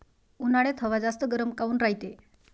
उन्हाळ्यात हवा जास्त गरम काऊन रायते?